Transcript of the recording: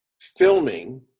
filming